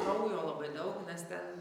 kraujo labai daug nes ten